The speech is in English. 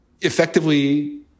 effectively